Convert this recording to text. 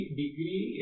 degree